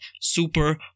super